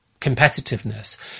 competitiveness